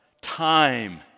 time